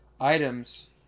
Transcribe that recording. items